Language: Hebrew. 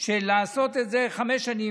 של לעשות את זה חמש שנים,